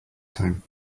time